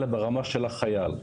אלא ברמה של החייל,